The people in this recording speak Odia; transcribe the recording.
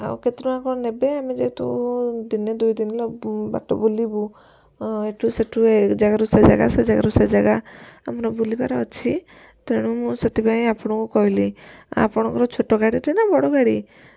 ଆଉ କେତେଟଙ୍କା କ'ଣ ନେବେ ଆମେ ଯେହେତୁ ଦିନେ ଦୁଇଦିନର ବାଟ ବୁଲିବୁ ହଁ ଏଠୁ ସେଠୁ ଏଜାଗାରୁ ସେ ଜାଗା ସେ ଜାଗାରୁ ସେ ଜାଗା ଆମର ବୁଲିବାର ଅଛି ତେଣୁ ମୁଁ ସେଥିପାଇଁ ମୁଁ ଆପଣଙ୍କୁ କହିଲି ଆଉ ଆପଣଙ୍କର ଛୋଟ ଗାଡ଼ିଟେ ନା ବଡ଼ ଗାଡ଼ି